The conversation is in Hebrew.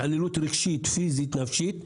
התעללות רגשית,